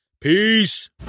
Peace